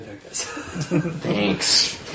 thanks